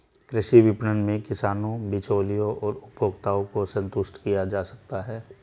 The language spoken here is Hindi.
कृषि विपणन में किसानों, बिचौलियों और उपभोक्ताओं को संतुष्ट किया जा सकता है